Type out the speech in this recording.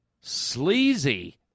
Sleazy